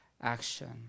action